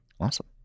Awesome